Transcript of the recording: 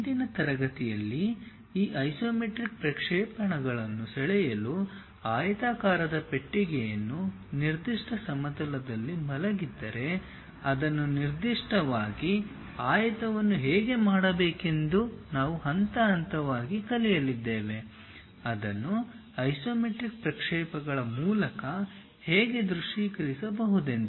ಇಂದಿನ ತರಗತಿಯಲ್ಲಿ ಈ ಐಸೊಮೆಟ್ರಿಕ್ ಪ್ರಕ್ಷೇಪಣಗಳನ್ನು ಸೆಳೆಯಲು ಆಯತಾಕಾರದ ಪೆಟ್ಟಿಗೆಯನ್ನು ನಿರ್ದಿಷ್ಟ ಸಮತಲದಲ್ಲಿ ಮಲಗಿದ್ದರೆ ಅದನ್ನು ನಿರ್ದಿಷ್ಟವಾಗಿ ಆಯತವನ್ನು ಹೇಗೆ ಮಾಡಬೇಕೆಂದು ನಾವು ಹಂತ ಹಂತವಾಗಿ ಕಲಿಯಲಿದ್ದೇವೆ ಅದನ್ನು ಐಸೊಮೆಟ್ರಿಕ್ ಪ್ರಕ್ಷೇಪಗಳ ಮೂಲಕ ಹೇಗೆ ದೃಶ್ಯೀಕರಿಸಬಹುದೆಂದು